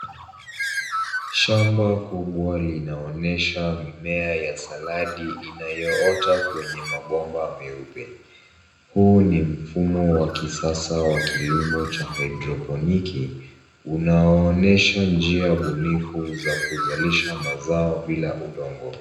Shamba kubwa linaonyesha mimea ya saladi inayoota kwenye mabomba meupe. Huu ni mfumo wa kisasa wa kilimo cha haedroponiki unaoonyesha njia bunifu za kuzalisha mazao bila udongo.